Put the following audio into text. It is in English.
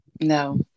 No